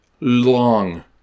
long